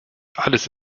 alles